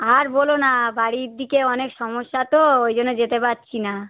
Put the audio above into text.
আর বোলো না বাড়ির দিকে অনেক সমস্যা তো ওই জন্য যেতে পারছি না